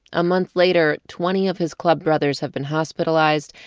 a month later, twenty of his club brothers have been hospitalized,